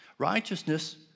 righteousness